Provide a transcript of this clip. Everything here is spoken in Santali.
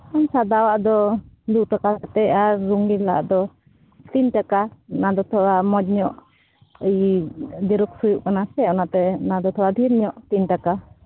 ᱥᱟᱫᱟᱣᱟᱜ ᱫᱚ ᱫᱩ ᱴᱟᱠᱟ ᱠᱟᱛᱮᱫ ᱟᱨ ᱨᱚᱝᱤᱱᱟᱜ ᱫᱚ ᱛᱤᱱ ᱴᱟᱠᱟ ᱚᱱᱟ ᱫᱚ ᱛᱷᱚᱲᱟ ᱢᱚᱡᱽ ᱧᱚᱜ ᱤᱭᱟᱹ ᱡᱮᱨᱚᱠᱥ ᱦᱩᱭᱩᱜ ᱠᱟᱱᱟ ᱥᱮ ᱚᱱᱟᱛᱮ ᱚᱱᱟ ᱫᱚ ᱛᱷᱚᱲᱟ ᱰᱷᱮᱨ ᱧᱚᱜ ᱛᱤᱱ ᱴᱟᱠᱟ